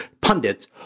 pundits